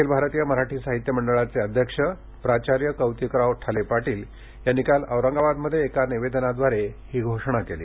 अखिल भारतीय मराठी साहित्य मंडळाचे अध्यक्ष प्राचार्य कौतिकराव ठाले पाटील यांनी काल औरंगाबादमध्ये एका निवेदनाद्वारे ही घोषणा केली